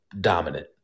dominant